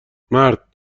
مرد